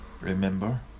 Remember